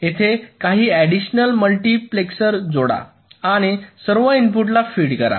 येथे काही additional multiplexer जोडा आणि सर्व इनपुटला फीड करा